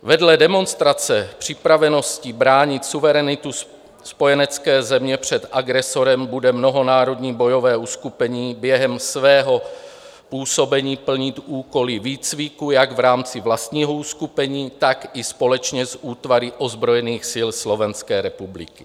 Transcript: Vedle demonstrace připravenosti bránit suverenitu spojenecké země před agresorem bude mnohonárodní bojové uskupení během svého působení plnit úkoly výcviku jak v rámci vlastního uskupení, tak i společně s útvary ozbrojených sil Slovenské republiky.